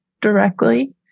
directly